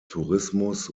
tourismus